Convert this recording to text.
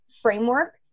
framework